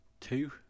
two